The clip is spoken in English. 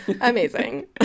amazing